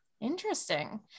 interesting